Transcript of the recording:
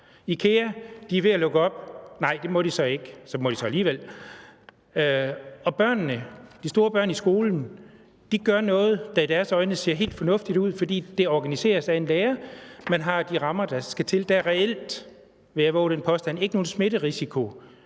IKEA er ved at lukke op, men nej, det må de så ikke. Så må de så alligevel. De store børn i skolen gør noget, der i deres øjne ser helt fornuftigt ud, fordi det organiseres af en lærer. Man har de rammer, der skal til. Jeg vil vove den påstand, at der reelt ikke